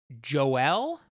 Joel